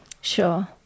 Sure